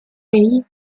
hey